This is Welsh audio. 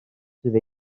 sydd